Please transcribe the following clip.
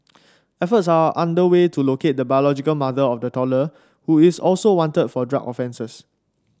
efforts are underway to locate the biological mother of the toddler who is also wanted for drug offences